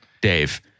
Dave